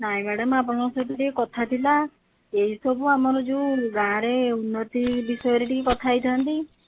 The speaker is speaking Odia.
ନାହିଁ ମ୍ୟାଡ଼ମ ଆପଣଙ୍କ ସହିତ କଥାଥିଲା ଏହିସବୁ ଆମର ଯେଉଁ ଗାଁରେ ଉନ୍ନତି ବିଷୟରେ ଟିକିଏ କଥା ହୋଇଥାନ୍ତି